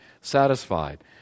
satisfied